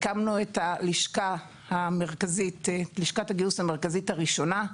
הקמנו את לשכת הגיוס המרכזית הראשונה.